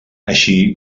així